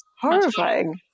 horrifying